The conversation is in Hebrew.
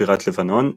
בירת לבנון,